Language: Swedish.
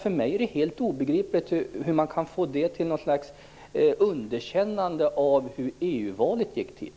För mig är det helt obegripligt hur man kan få det till något slags underkännande av hur EU-valet gick till.